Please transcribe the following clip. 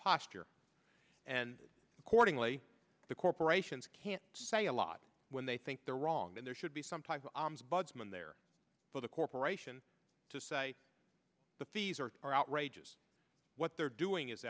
posture and accordingly the corporations can't say a lot when they think they're wrong and there should be some type of alms buds in there for the corporation to say the fees are are outrageous what they're doing is